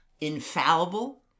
infallible